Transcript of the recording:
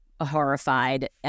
horrified